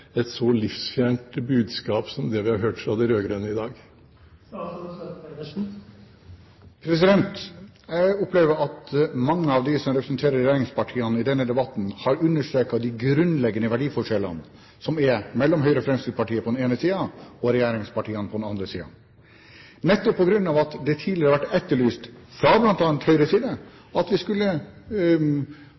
et så livsfjernt budskap som det vi har hørt fra de rød-grønne i dag. Jeg opplever at mange av dem som representerer regjeringspartiene i denne debatten, har understreket de grunnleggende verdiforskjellene som er mellom Høyre og Fremskrittspartiet på den ene siden og regjeringspartiene på den andre siden, nettopp på grunn av at det tidligere har vært etterlyst fra blant andre Høyres side at vi skulle